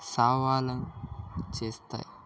సవాలు చేస్తాయి